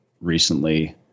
recently